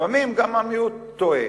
לפעמים גם המיעוט טועה.